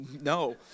No